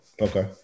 Okay